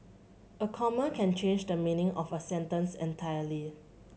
a comma can change the meaning of a sentence entirely